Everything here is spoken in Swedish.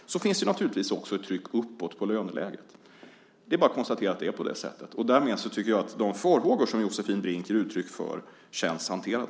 Det är bara att konstatera att det är på det sättet. Därmed tycker jag att de farhågor som Josefin Brink ger uttryck för känns hanterade.